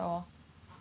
so